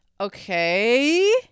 Okay